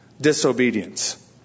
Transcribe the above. disobedience